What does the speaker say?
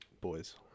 Boys